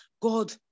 God